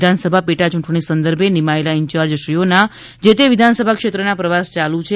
વિધાનસભા પેટાચૂંટણી સંદર્ભે નિમાયેલા ઇન્યાર્જશ્રીઓના જે તે વિધાનસભા ક્ષેત્રના પ્રવાસ યાલુ છે